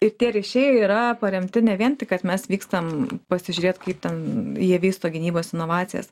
ir tie ryšiai yra paremti ne vien tik kad mes vykstam pasižiūrėt kaip ten jie vysto gynybos inovacijas